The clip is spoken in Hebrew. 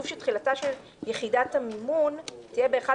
כתוב שתחילתה של יחידת המימון תהיה באחד